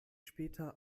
später